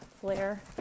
flare